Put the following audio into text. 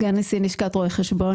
סגן נשיא לשכת רואי החשבון.